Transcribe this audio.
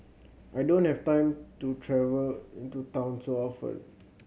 I don't have time to travel into town so often